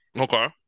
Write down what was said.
Okay